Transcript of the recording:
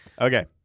Okay